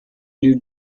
new